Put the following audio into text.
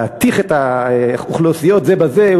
להתיך את האוכלוסיות זו בזו,